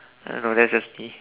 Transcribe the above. I don't know that's just me